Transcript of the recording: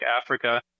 africa